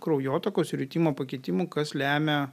kraujotakos ir jutimo pakitimų kas lemia